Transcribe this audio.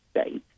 states